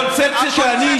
קונספציה שאני,